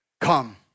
Come